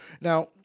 Now